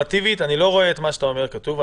נורמטיבית אני לא רואה בכתב את מה שאתה אומר.